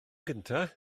gyntaf